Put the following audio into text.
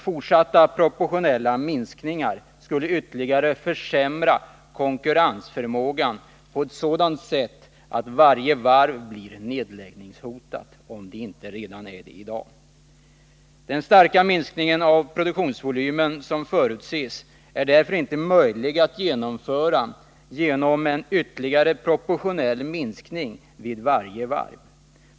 Fortsatta proportionella minskningar skulle ytterligare försämra konkurrensförmågan på ett sådant sätt att varje varv blir nedläggningshotat om det inte redan är det i dag. Den starka minskning av produktionsvolymen som förutses är därför inte möjlig att genomföra genom en ytterligare proportionell minskning vid varje varv.